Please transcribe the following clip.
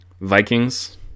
Vikings